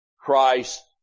Christ